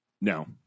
No